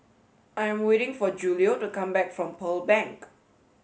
I am waiting for Julio to come back from Pearl Bank